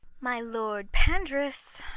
my lord pandarus!